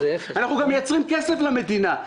אנחנו גם מייצרים כסף למדינה.